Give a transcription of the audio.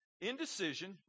Indecision